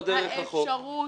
לא דרך החוק.